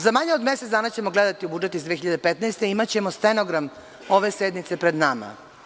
Za manje od mesec dana ćemo gledati u budžet iz 2015. godine i imaćemo stenogram ove sednice pred nama.